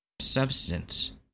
substance